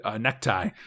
necktie